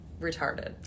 retarded